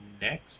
next